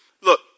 look